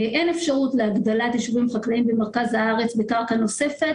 אין אפשרות להגדלת יישובים חקלאיים במרכז הארץ בקרקע נוספת.